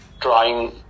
trying